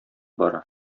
бара